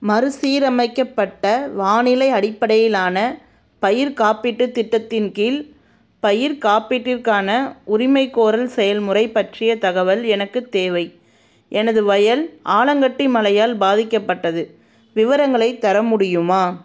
மறுசீரமைக்கப்பட்ட வானிலை அடிப்படையிலான பயிர் காப்பீட்டுத் திட்டத்தின் கீழ் பயிர்க் காப்பீட்டிற்கான உரிமைக்கோரல் செயல்முறை பற்றிய தகவல் எனக்குத் தேவை எனது வயல் ஆலங்கட்டி மழையால் பாதிக்கப்பட்டது விவரங்களைத் தர முடியுமா